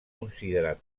considerat